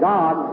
God